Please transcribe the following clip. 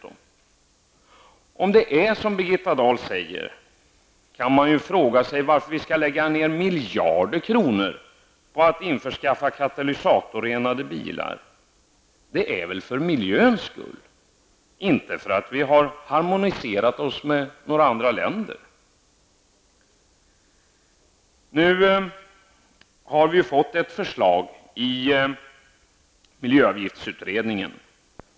Om det är så som Birgitta Dahl säger, kan man ju fråga sig varför vi skall lägga ner miljarder på att införskaffa katalysatorrenade bilar. Det är för miljöns skull, inte därför att vi har harmoniserat oss med andra länder? Nu har vi fått ett förslag i miljöavgiftsutredningen.